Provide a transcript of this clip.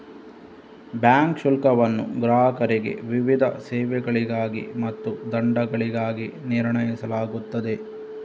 bank ಶುಲ್ಕವನ್ನು ಗ್ರಾಹಕರಿಗೆ ವಿವಿಧ ಸೇವೆಗಳಿಗಾಗಿ ಮತ್ತು ದಂಡಗಳಾಗಿ ನಿರ್ಣಯಿಸಲಾಗುತ್ತದೆ